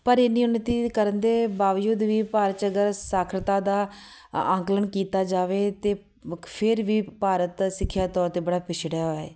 ਪਰ ਇੰਨੀ ਉੱਨਤੀ ਕਰਨ ਦੇ ਬਾਵਜੂਦ ਵੀ ਭਾਰਤ 'ਚ ਅਗਰ ਸ਼ਾਖਰਤਾ ਦਾ ਆਂਕਲਣ ਕੀਤਾ ਜਾਵੇ ਤਾਂ ਫਿਰ ਵੀ ਭਾਰਤ ਸਿੱਖਿਆ ਦੇ ਤੌਰ 'ਤੇ ਬੜਾ ਪਿਛੜਿਆ ਹੋਇਆ ਹੈ